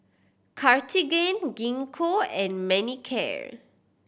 Cartigain Gingko and Manicare